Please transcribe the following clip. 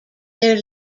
their